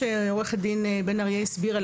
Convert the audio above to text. כפי שעו"ד בן אריה הסבירה,